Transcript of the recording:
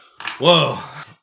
Whoa